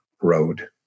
road